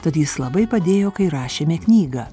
tad jis labai padėjo kai rašėme knygą